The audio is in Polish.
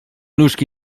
nóżki